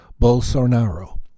Bolsonaro